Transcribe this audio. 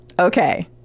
Okay